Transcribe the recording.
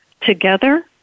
together